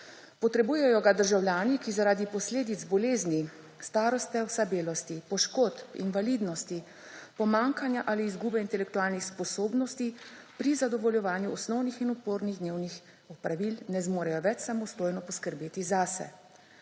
Potrebujejo ga državljani, ki zaradi posledic bolezni, starostne oslabelosti, poškodb, invalidnosti, pomanjkanja ali izgube intelektualnih sposobnosti pri zadovoljevanju osnovnih in opornih dnevnih opravil ne zmorejo več samostojno poskrbeti zase.